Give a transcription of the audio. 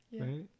Right